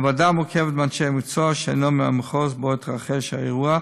הוועדה מורכבת מאנשי מקצוע שאינם מהמחוז שבו התרחש האירוע,